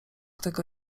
tego